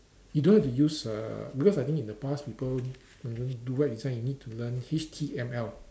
you don't have to use uh because I think in the past people when do do web design you need to learn H_T_M_L